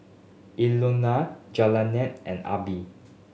Elenor Jaylynn and Abie